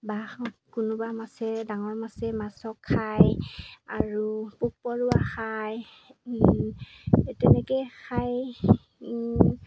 বা কোনোবা মাছে ডাঙৰ মাছে মাছক খায় আৰু পোক পৰুৱা খায় এই তেনেকৈয়ে খায়